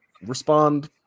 respond